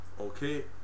okay